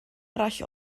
arall